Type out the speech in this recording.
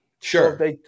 Sure